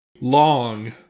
Long